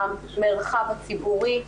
במרחב הציבורי,